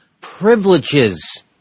privileges